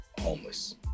homeless